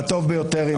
הטוב ביותר ינצח.